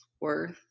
worth